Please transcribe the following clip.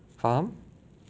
faham